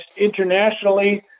internationally